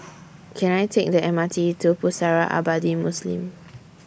Can I Take The M R T to Pusara Abadi Muslim